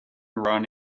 run